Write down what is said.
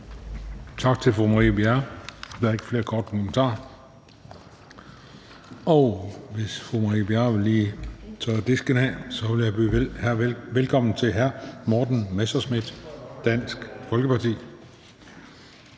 Tak til fru Marie Bjerre. Der er ikke flere korte bemærkninger. Hvis fru Marie Bjerre lige vil tørre pulten af, vil jeg byde velkommen til hr. Morten Messerschmidt, Dansk Folkeparti.